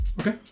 Okay